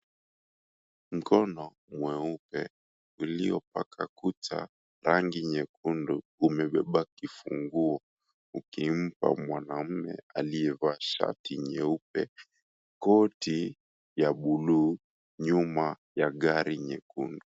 Mkono mweupe uliopaka kucha rangi nyekundu umebeba kifunguo ukimpa mwanaume aliyevaa shati nyeupe, koti ya buluu nyuma ya gari nyekundu.